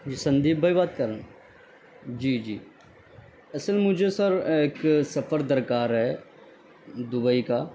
جی سندیپ بھائی بات کر رہے ہیں جی جی اصل مجھے سر ایک سفر درکار ہے دبئی کا